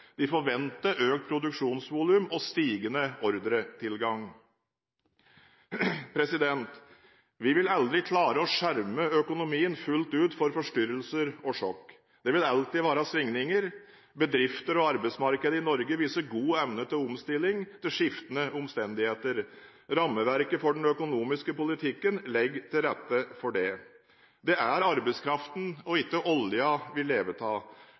De forventer økt produksjonsvolum og stigende ordretilgang. Vi vil aldri klare å skjerme økonomien fullt ut for forstyrrelser og sjokk. Det vil alltid være svingninger. Bedrifter og arbeidsmarkedet i Norge viser god evne til omstilling etter skiftende omstendigheter. Rammeverket for den økonomiske politikken legger til rette for det. Det er arbeidskraften og ikke oljen vi lever av.